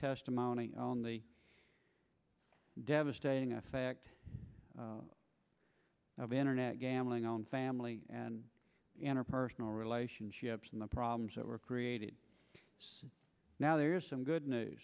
testimony on the devastating effect internet gambling on family and interpersonal relationships and the problems that were created now there is some good news